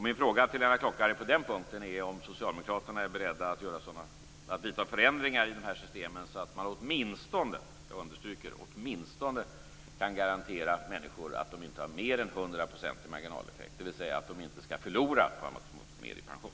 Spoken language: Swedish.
Min fråga till Lennart Klockare på den punkten är om Socialdemokraterna är beredda att genomföra sådana förändringar i dessa system så att man åtminstone, jag understryker det, kan garantera människor att de inte får mer än 100 % i marginaleffekt - dvs. att de inte skall förlora på att få mer i pension.